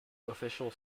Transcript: official